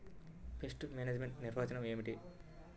Pest management నిర్వచనం ఏమిటి?